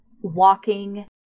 walking